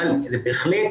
אבל זה בהחלט